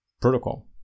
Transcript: protocol